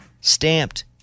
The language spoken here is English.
stamped